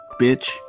bitch